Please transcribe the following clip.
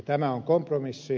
tämä on kompromissi